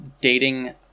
dating